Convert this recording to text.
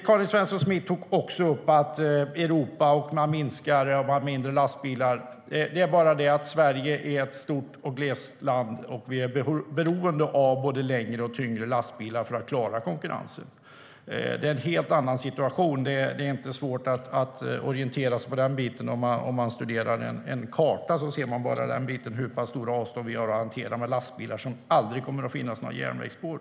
Karin Svensson Smith tog också upp att man har mindre lastbilar i Europa. Men Sverige är ett stort och glest land, och vi är beroende av både längre och tyngre lastbilar för att klara konkurrensen. Det är en helt annan situation. Det är inte svårt att orientera sig i den biten. Om man studerar en karta ser man bara där hur pass stora avstånd vi har att hantera, med lastbilar dit det aldrig kommer att finnas några järnvägsspår.